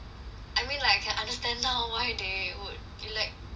I mean like I can understand now why they would elect trump